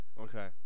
Okay